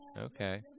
Okay